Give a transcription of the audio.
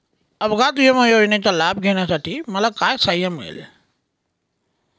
अपघात विमा योजनेचा लाभ घेण्यासाठी मला काय सहाय्य मिळेल?